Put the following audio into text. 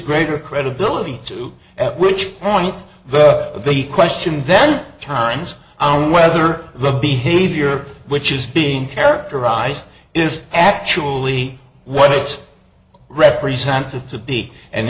greater credibility to at which point the question then times on whether the behavior which is being characterized is actually what it represented to be and